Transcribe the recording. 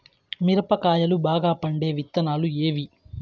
మిరప కాయలు బాగా పండే విత్తనాలు ఏవి